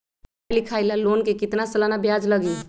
पढाई लिखाई ला लोन के कितना सालाना ब्याज लगी?